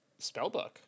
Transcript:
Spellbook